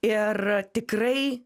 ir tikrai